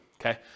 Okay